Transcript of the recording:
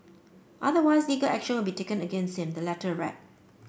otherwise legal action will be taken against him the letter read